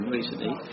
recently